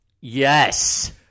Yes